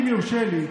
אם יורשה לי,